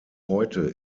heute